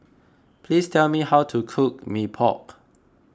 please tell me how to cook Mee Pok